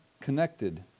connected